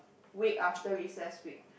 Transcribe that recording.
week after recess week